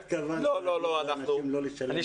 לא, לא, חס וחלילה, אמרתי אולי.